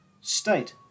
state